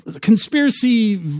conspiracy